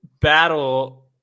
battle